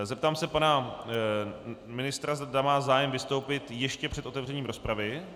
Zeptám se pana ministra, zda má zájem vystoupit ještě před otevřením rozpravy.